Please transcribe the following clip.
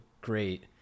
great